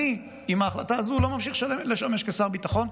אני עם ההחלטה הזאת לא ממשיך לשמש כשר ביטחון,